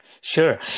Sure